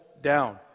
down